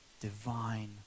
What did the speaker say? divine